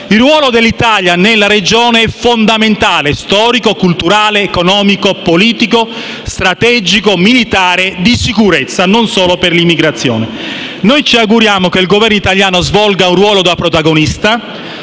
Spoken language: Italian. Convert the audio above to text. Il ruolo dell'Italia nella regione è fondamentale dal punto di vista storico, culturale, economico, politico, strategico, militare e di sicurezza, non solo per l'immigrazione. Noi ci auguriamo che il Governo italiano svolga un ruolo da protagonista